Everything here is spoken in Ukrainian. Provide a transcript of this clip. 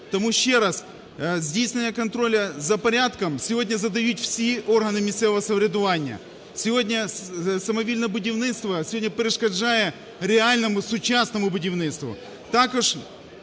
Тому ще раз, здійснення контролю за порядком сьогодні задають всі органи місцевого самоврядування. Сьогодні самовільне будівництво, сьогодні перешкоджає реальному, сучасному будівництву,